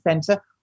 center